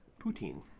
Poutine